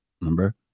Remember